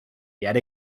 yet